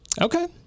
Okay